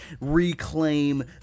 reclaim